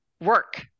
work